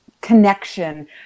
connection